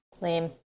Lame